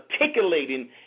articulating